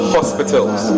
Hospitals